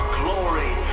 glory